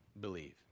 Believe